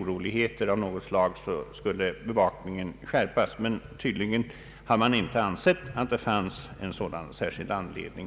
oroligheter av något slag skall bevakningen skärpas. Men tydligen har man inte ansett att det just då fanns en sådan särskild anledning.